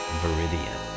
viridian